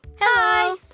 Hello